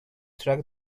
track